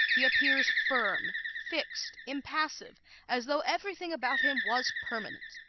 he appears firm, fixed, impassive as though everything about him was permanent.